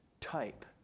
type